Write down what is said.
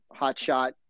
hotshot